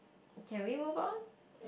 can we move on